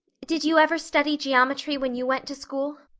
did you ever study geometry when you went to school?